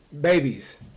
babies